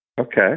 Okay